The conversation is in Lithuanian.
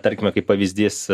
tarkime kaip pavyzdys